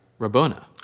Rabona